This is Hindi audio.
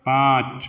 पाँच